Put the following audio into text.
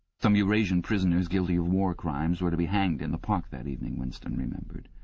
some eurasian prisoners, guilty of war crimes, were to be hanged in the park that evening, winston remembered.